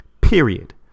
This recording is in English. period